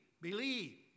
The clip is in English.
believe